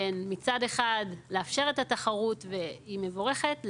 בין אפשור התחרות המבורכת,